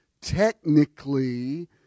technically